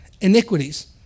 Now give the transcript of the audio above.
iniquities